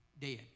dead